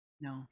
No